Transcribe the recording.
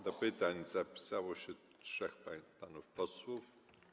Do pytań zapisało się trzech panów posłów.